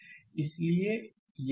slide समय देखें 2531 इसलिए यह